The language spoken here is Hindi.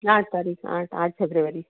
आठ तारीख आठ आठ फेब्ररी